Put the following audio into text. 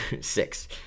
Six